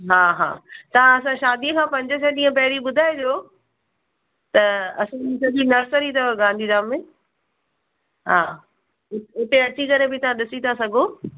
हा हा तव्हां असां शादीअ खां पंज छह ॾींहं पहिरीं ॿुधाइजो त असांजी सॼी नर्सरी तव गांधीधाम में हा उते अची करे बि तव्हां ॾिसी था सघो